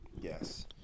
Yes